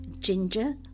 ginger